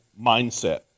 mindset